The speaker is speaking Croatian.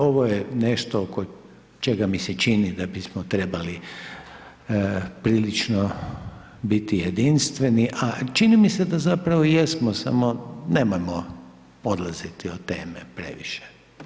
Ovo je nešto oko čega mi se čini da bi trebali prilično biti jedinstveni, a čini mi se da zapravo jesmo, samo nemojmo odlaziti od teme previše.